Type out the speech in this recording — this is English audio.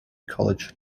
college